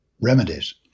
remedies